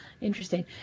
interesting